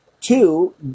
two